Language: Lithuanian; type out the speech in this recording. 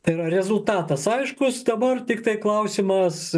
tai yra rezultatas aiškus dabar tiktai klausimas